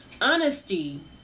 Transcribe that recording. honesty